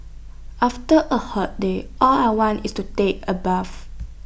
after A hot day all I want is to take A bath